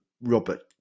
Robert